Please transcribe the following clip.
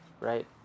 right